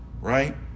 Right